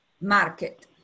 market